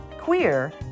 queer